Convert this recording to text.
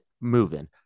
moving